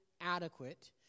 adequate